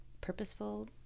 purposeful